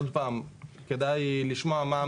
עוד פעם, כדאי לשמוע.